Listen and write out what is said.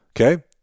Okay